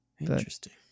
Interesting